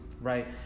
right